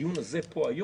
הדיון הזה פה היום,